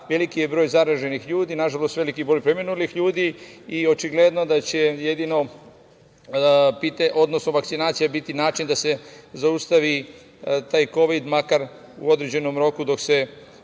Veliki je broj zaraženih ljudi. Nažalost, veliki je broj i preminulih ljudi i očigledno je da će jedino vakcinacija biti način da se zaustavi taj kovid, makar u određenom roku dok